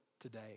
today